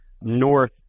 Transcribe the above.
north